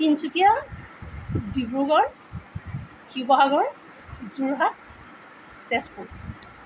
Tinsukia Dibrugarh Sivasagar Jorhat Tezpur